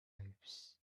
lives